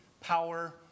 power